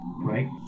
Right